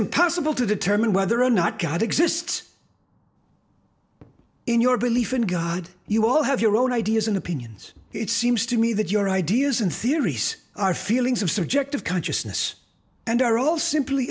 impossible to determine whether or not god exists in your belief in god you all have your own ideas and opinions it seems to me that your ideas and theories are feelings of subjective consciousness and are all simply